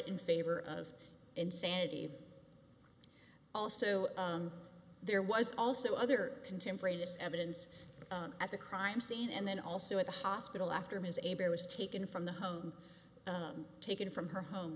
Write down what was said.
in favor of insanity also there was also other contemporaneous evidence at the crime scene and then also at the hospital after ms aber was taken from the home taken from her home